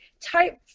Type